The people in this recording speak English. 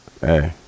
Hey